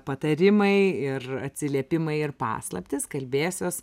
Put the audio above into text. patarimai ir atsiliepimai ir paslaptys kalbėsiuos